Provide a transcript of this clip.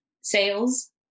sales